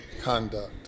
conduct